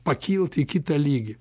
pakilt į kitą lygį